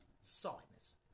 Solidness